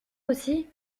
aussi